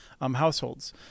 households